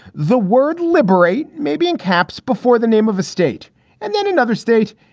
the word liberate, maybe in caps before the name of a state and then another state.